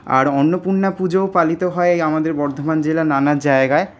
আর অন্নপূর্ণা পুজোও পালিত হয় এই আমাদের বর্ধমান জেলার নানা জায়গায়